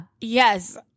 yes